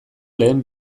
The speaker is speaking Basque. lehen